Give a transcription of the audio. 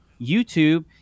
YouTube